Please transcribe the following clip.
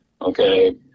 okay